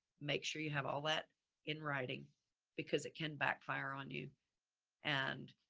make sure you have all that in writing because it can backfire on you and